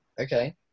Okay